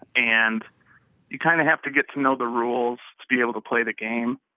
and you kind of have to get to know the rules to be able to play the game.